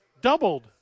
doubled